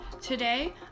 Today